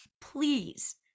please